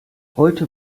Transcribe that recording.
heute